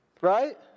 right